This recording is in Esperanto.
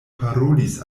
parolis